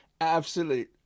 absolute